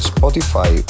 Spotify